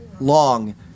long